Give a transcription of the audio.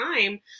time